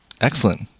Excellent